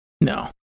No